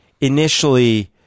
initially